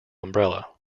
umbrella